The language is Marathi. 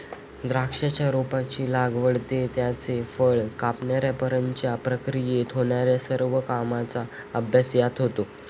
द्राक्षाच्या रोपाची लागवड ते त्याचे फळ कापण्यापर्यंतच्या प्रक्रियेत होणार्या सर्व कामांचा अभ्यास यात होतो